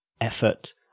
effort